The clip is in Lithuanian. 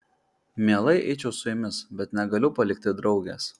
mielai eičiau su jumis bet negaliu palikti draugės